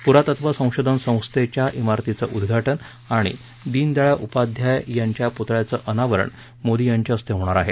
पुरातत्व संशोधन संस्थेच्या धिरतीचं उद्घाटन आणि दीनदयाळ उपाध्याय यांच्या पुतळ्याचं अनावरण मोदी यांच्या हस्ते होणार आहे